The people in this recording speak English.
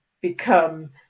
become